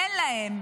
אין להם.